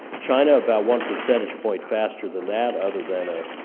china about one percentage point faster than that other than a